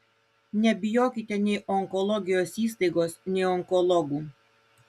nebijokite nei onkologijos įstaigos nei onkologų